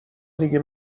دیگه